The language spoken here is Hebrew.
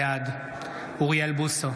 בעד אוריאל בוסו,